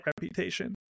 reputation